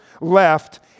left